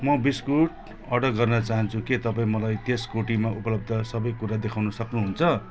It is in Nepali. म बिस्कुट अर्डर गर्न चाहन्छु के तपाईँ मलाई त्यस कोटीमा उपलब्ध सबै कुरा देखाउन सक्नुहुन्छ